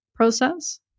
process